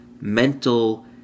mental